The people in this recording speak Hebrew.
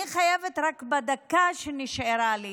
אני חייבת בדקה שנשארה לי